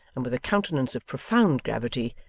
and with a countenance of profound gravity,